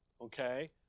Okay